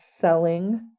selling